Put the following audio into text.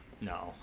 No